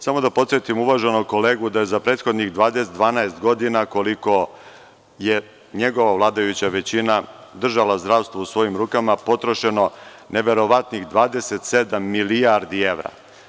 Samo da podsetim uvaženog kolegu da je za prethodnih 12 godina, koliko je njegova vladajuća većina držala zdravstvo u svojim rukama, potrošeno neverovatnih 27 milijardi evra.